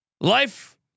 Life